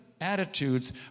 attitudes